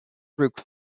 through